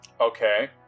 Okay